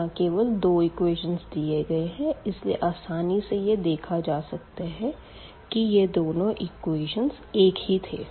यहाँ केवल दो इक्वेशन दिए गए है इसलिए आसानी से यह देखा जा सकता है कि यह दोनों इक्वेशन एक ही थे